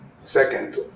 Second